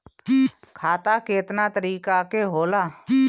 खाता केतना तरीका के होला?